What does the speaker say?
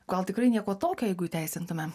gal tikrai nieko tokio jeigu įteisintume